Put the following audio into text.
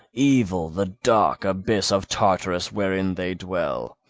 evil the dark abyss of tartarus wherein they dwell,